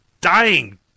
dying